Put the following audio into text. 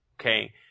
okay